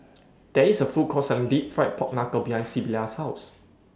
There IS A Food Court Selling Deep Fried Pork Knuckle behind Sybilla's House